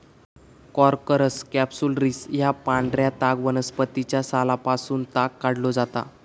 Corchorus capsularis या पांढऱ्या ताग वनस्पतीच्या सालापासून ताग काढलो जाता